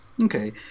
Okay